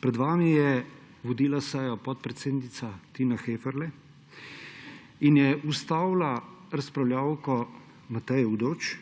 Pred vami je vodila sejo podpredsednica Tina Heferle in je ustavila razpravljavko Matejo Udovč,